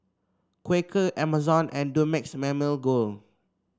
Quaker Amazon and Dumex Mamil Gold